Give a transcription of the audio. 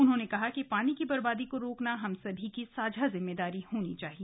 उन्होंने कहा कि पानी की बर्बादी को रोकना हम सभी की साझा जिम्मेदारी होनी चाहिए